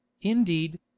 indeed